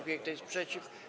Kto jest przeciw?